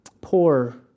poor